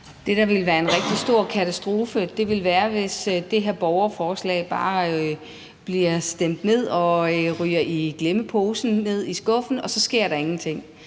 Det, der ville være en rigtig stor katastrofe, ville være, hvis det her borgerforslag bare bliver stemt ned og ryger i glemmeposen, ned i skuffen, og at der så ingenting